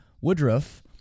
Woodruff